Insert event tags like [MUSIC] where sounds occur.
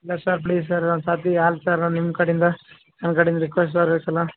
ಇಲ್ಲ sir please sir ಒಂದು ಸತಿ [UNINTELLIGIBLE] ಸರ್ ನಿಮ್ಮ ಕಡಿಂದ ನಮ್ಮ ಕಡಿಂದ ರಿಕ್ವೆಸ್ಟ್ ಸರ್ ಈ ಸಲ